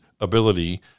ability